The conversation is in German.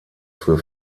für